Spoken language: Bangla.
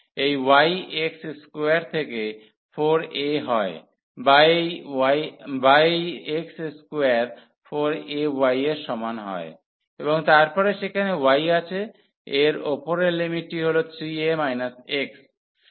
এই y x স্কোয়ার থেকে 4a হয় বা এই x স্কোয়ার 4 a y এর সমান হয় এবং তারপরে সেখানে y আছে এর উপরের লিমিটটি হল 3a x